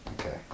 Okay